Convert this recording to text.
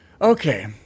Okay